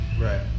Right